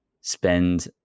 spend